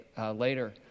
later